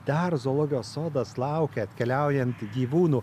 dar zoologijos sodas laukia atkeliaujant gyvūnų